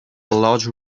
large